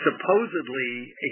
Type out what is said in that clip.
supposedly